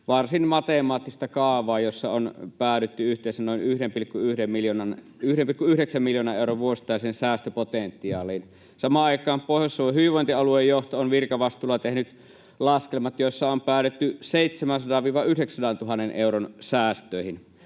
varsin matemaattista kaavaa, jossa on päädytty yhteensä noin 1,9 miljoonan euron vuosittaiseen säästöpotentiaaliin. Samaan aikaan Pohjois-Savon hyvinvointialueen johto on virkavastuulla tehnyt laskelmat, joissa on päädytty 700 000—900 000 euron säästöihin.